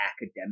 academic